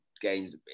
games